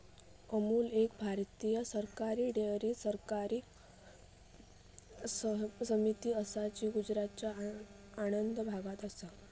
अमूल एक भारतीय सरकारी डेअरी सहकारी समिती असा जी गुजरातच्या आणंद भागात असा